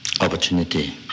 opportunity